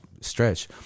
stretch